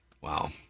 Wow